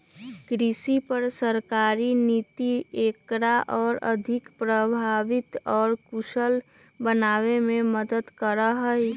कृषि पर सरकारी नीति एकरा और अधिक प्रभावी और कुशल बनावे में मदद करा हई